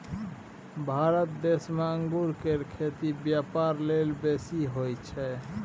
भारत देश में अंगूर केर खेती ब्यापार लेल बेसी होई छै